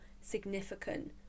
significant